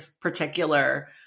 particular